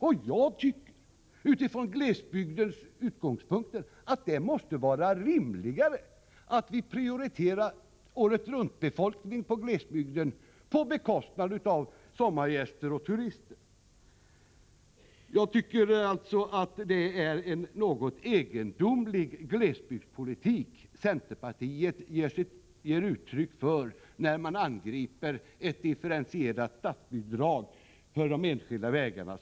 Med tanke på glesbygdens förhållanden måste det vara rimligt att prioritera åretruntbefolkningen på bekostnad av sommargäster och turister. Det är en något egendomlig glesbygdspolitik centerpartiet ger uttryck för när man angriper ett differentierat statsbidrag till de enskilda vägarna.